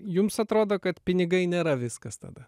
jums atrodo kad pinigai nėra viskas tada